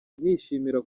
nishimira